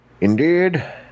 Indeed